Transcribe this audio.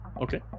Okay